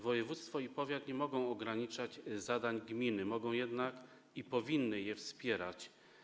Województwo i powiat nie mogą ograniczać zadań gminy, mogą jednak i powinny je wspierać.